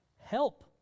Help